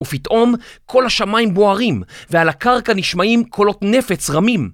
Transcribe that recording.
ופתאום כל השמיים בוערים ועל הקרקע נשמעים קולות נפץ רמים